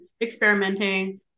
experimenting